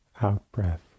out-breath